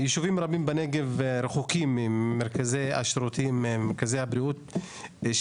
יישובים רבים בנגב רחוקים ממרכזי השירותים וממרכזי הבריאות שהם